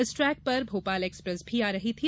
इस ट्रैक पर भोपाल एक्सप्रेस भी आ रही थी